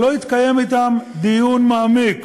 לא התקיים אתם דיון מעמיק,